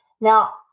Now